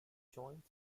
joint